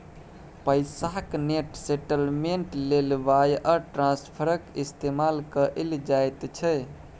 पैसाक net settlement लेल wire ट्रांस्फरक इस्तेमाल कएल जाइत छै